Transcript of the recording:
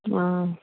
آ